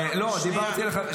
אבל זה סילוף.